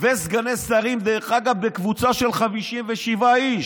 וסגני שרים, דרך אגב, בקבוצה של 57 איש.